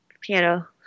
piano